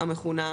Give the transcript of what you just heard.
המכונה,